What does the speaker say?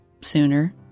sooner